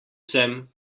sem